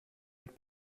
mit